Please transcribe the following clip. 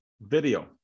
video